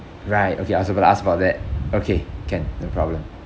right okay I was about to ask about that okay can no problem